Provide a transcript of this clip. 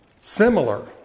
similar